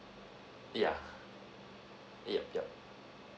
yeuh yup yup